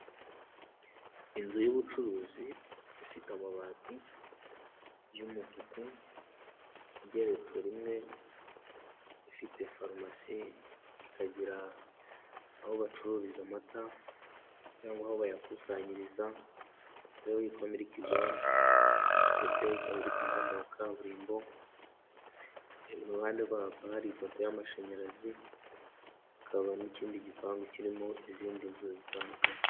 Inzu y'ubucuruzi ifite amabati y'umutuku, igeretswe rimwe, ifite farumasi, ikagira aho bacururiza amata cyangwa aho bayakusanyiriza, ariho hitwa meriki zone ndetse ikaba iri ku muhanda wa kaburimbo, iruhande rwaho hakaba hari ipoto y'amashanyarazi, hakaba n'ikindi gipangu kirimo izindi nzu zitandukanye.